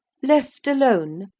left alone,